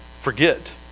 forget